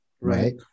right